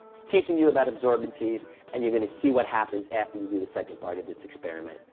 it's teaching you about absorbencies and you're going to see what happens after you do the second part of this experiment,